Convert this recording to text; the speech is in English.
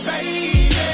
baby